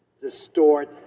distort